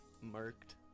marked